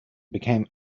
became